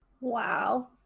Wow